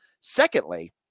Secondly